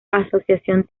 asociación